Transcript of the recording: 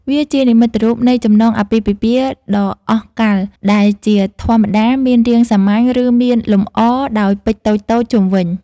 វាជានិមិត្តរូបនៃចំណងអាពាហ៍ពិពាហ៍ដ៏អស់កល្ប ដែលជាធម្មតាមានរាងសាមញ្ញ ឬមានលម្អដោយពេជ្រតូចៗជុំវិញ។